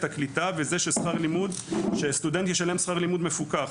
הקליטה בכך שסטודנט ישלם שכר לימוד מפוקח.